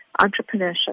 entrepreneurship